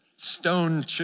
Stone